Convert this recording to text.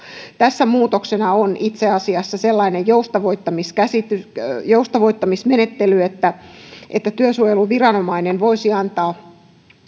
tässä muutoksena on itse asiassa sellainen joustavoittamismenettely joustavoittamismenettely että että työsuojeluviranomainen voisi antaa